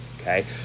Okay